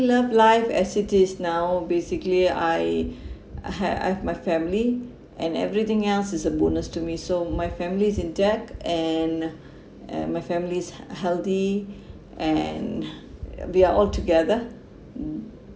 love life as it is now basically I I have I have my family and everything else is a bonus to me so my family is intact and and my family's healthy and we are altogether mm